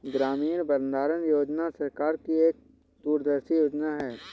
ग्रामीण भंडारण योजना सरकार की एक दूरदर्शी योजना है